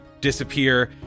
disappear